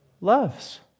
loves